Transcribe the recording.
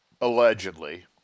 allegedly